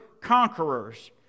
conquerors